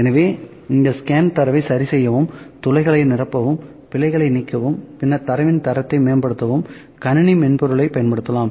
எனவே இந்த ஸ்கேன் தரவை சரி செய்யவும் துளைகளை நிரப்பவும் பிழைகளை நீக்கவும் பின்னர் தரவின் தரத்தை மேம்படுத்தவும் கணினி மென்பொருளைப் பயன்படுத்தலாம்